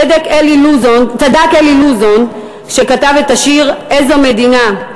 צדק אלי לוזון כשכתב את השיר "איזו מדינה".